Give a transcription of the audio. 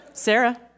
Sarah